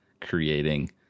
creating